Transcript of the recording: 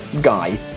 guy